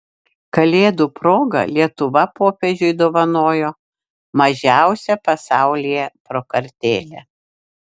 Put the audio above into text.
kalėdų proga lietuva popiežiui dovanojo mažiausią pasaulyje prakartėlę